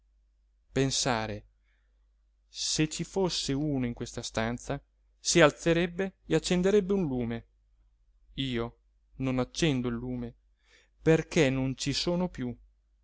più pensare se ci fosse uno in questa stanza si alzerebbe e accenderebbe un lume io non accendo il lume perché non ci sono più